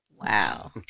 Wow